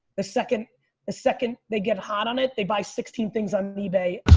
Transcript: the second second they get hot on it, they buy sixteen things on ebay.